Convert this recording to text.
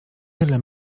tyle